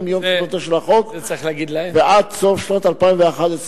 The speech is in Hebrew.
מיום תחילתו של החוק ועד סוף שנת 2011,